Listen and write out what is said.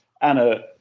Anna